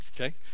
okay